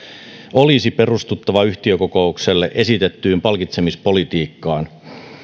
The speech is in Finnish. olisi perustuttava yhtiökokoukselle esitettyyn palkitsemispolitiikkaan